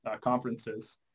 conferences